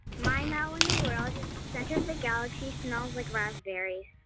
my wow in the world is the center of the galaxy smells like raspberries